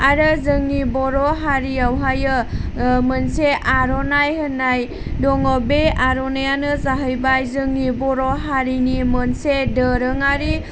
आरो जोंनि बर' हारियावहायो मोनसे आर'नाइ होननाय दङ बे आर'नाइयानो जाहैबाय जोंनि बर' हारिनि मोनसे दोरोङारि